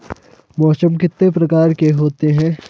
मौसम कितने प्रकार के होते हैं?